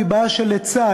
והיא בעיה של היצע,